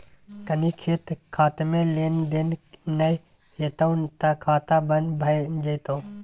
कनी दिन खातामे लेन देन नै हेतौ त खाता बन्न भए जेतौ